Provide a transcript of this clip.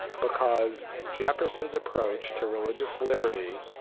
because jefferson's approach to religious liberty,